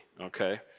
okay